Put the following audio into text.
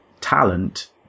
talent